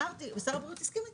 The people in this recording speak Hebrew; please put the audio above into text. שר הבריאות הסכים אתי,